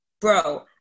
bro